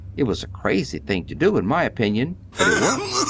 it was a crazy thing to do, in my opinion, but it worked.